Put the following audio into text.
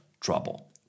trouble